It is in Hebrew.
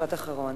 לכן